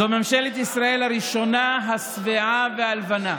זו ממשלת ישראל הראשונה, השבעה והלבנה.